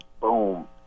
boom